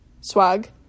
swag